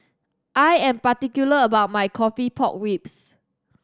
I am particular about my coffee pork ribs